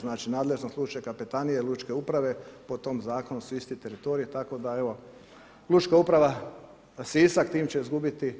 Znači nadležno lučke kapetanije, lučke uprave, po tom zakonu su isti teritorij, tako da evo, lučka uprava Sisak, tim će izgubiti